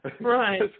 Right